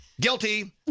Guilty